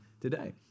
today